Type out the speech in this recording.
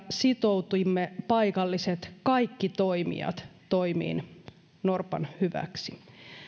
sitoutimme kaikki paikalliset toimijat toimiin norpan hyväksi